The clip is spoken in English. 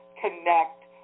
connect